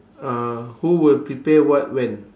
uh who will prepare what when